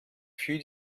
für